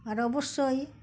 আর অবশ্যই